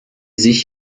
sich